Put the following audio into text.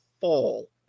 fall